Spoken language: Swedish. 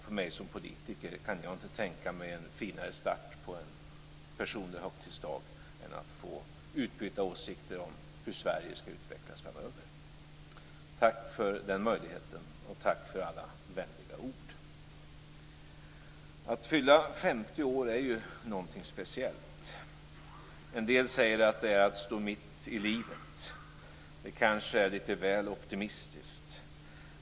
För mig som politiker kan jag inte tänka mig en finare start på en personlig högtidsdag än att få utbyta åsikter om hur Sverige skall utvecklas framöver. Tack för den möjligheten, och tack för alla vänliga ord! Att fylla 50 år är ju någonting speciellt. En del säger att det är att stå mitt i livet. Det kanske är lite väl optimistiskt.